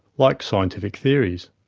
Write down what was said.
like scientific theories.